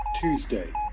Tuesday